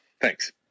Thanks